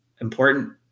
important